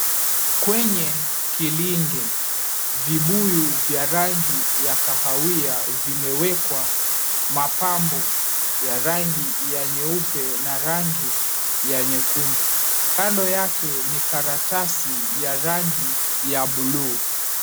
Kwenye kilinge vibuyu vya rangi ya kahawia vimewekwa mapambo ya rangi ya nyeupe na rangi ya nyekundu. Kando yake ni karatasi ya rangi ya buluu.